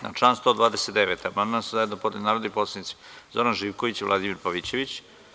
Na član 129. amandman su zajedno podneli narodni poslanici Zoran Živković i Vladimir Pavićević.